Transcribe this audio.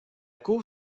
cour